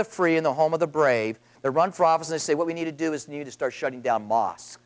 the free in the home of the brave to run for office and say what we need to do is need to start shutting down mos